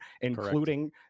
including